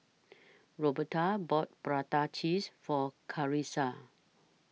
Roberta bought Prata Cheese For Carissa